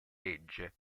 legge